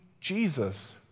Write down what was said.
Jesus